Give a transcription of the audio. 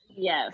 Yes